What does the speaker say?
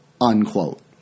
Unquote